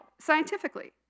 scientifically